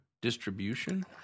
distribution